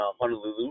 Honolulu